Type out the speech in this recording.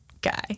guy